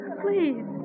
please